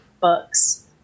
books